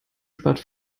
spart